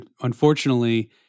unfortunately